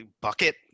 bucket